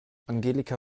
angelika